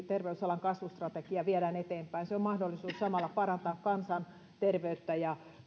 terveysalan kasvustrategia viedään eteenpäin se on mahdollisuus samalla parantaa kansanterveyttä ja